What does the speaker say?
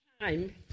time